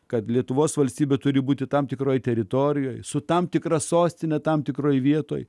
kad lietuvos valstybė turi būti tam tikroje teritorijoje su tam tikra sostine tam tikroje vietoj